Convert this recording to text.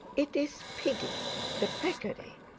it is piggy the peccary,